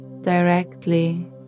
directly